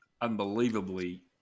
unbelievably